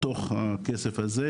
מתוך הכסף הזה,